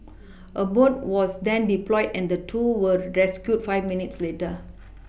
a boat was then deployed and the two were rescued five minutes later